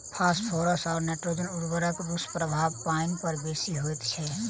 phosphorus आ nitrogen उर्वरकक दुष्प्रभाव पाइन पर बेसी होइत छै